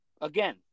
Again